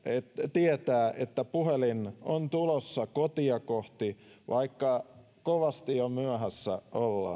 tietää että puhelin on tulossa kotia kohti vaikka jo kovasti jo myöhässä ollaan